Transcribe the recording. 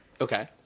Okay